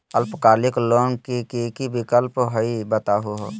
अल्पकालिक लोन के कि कि विक्लप हई बताहु हो?